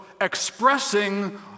expressing